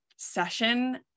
session